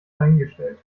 dahingestellt